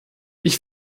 ich